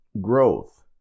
growth